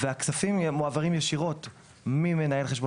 והכספים מועברים ישירות ממנהל חשבון